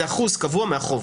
זה אחוז קבוע מהחוב.